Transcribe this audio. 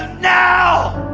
and now